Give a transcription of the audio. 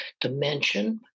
dimension